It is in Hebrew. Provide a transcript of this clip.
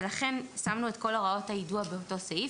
ולכן שמנו את כל הוראות היידוע באותו סעיף,